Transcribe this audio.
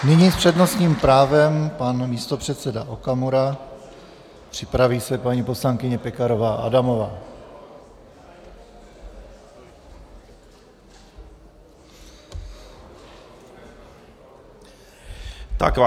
Nyní s přednostním právem pan místopředseda Okamura, připraví se paní poslankyně Pekarová Adamová.